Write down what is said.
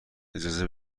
اجازه